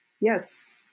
yes